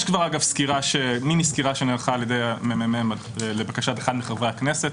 יש כבר מיני סקירה שנערכה על ידי הממ"מ לבקשת אחד מחברי הכנסת.